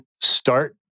start